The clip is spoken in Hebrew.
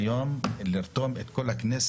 סיעת העבודה החליטה לרתום היום את כל הכנסת,